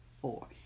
four